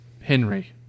Henry